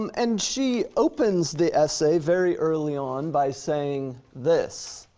um and she opens the essay very early on by saying this,